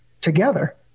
together